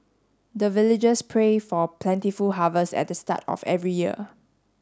the villagers pray for plentiful harvest at the start of every year